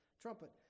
trumpet